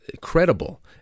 credible